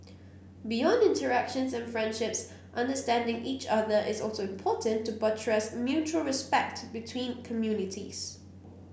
beyond interactions and friendships understanding each other is also important to buttress mutual respect between communities